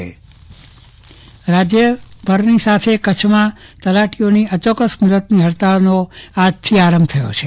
ચંદ્રવદન પટ્ટણી તલાટી હડતાળ રાજ્યભરની સાથે કચ્છમાં તલાટીઓની અચોક્કસ મુદતની હડતાળનો આજથી આરંભ થયો છે